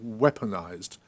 weaponized